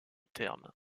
terme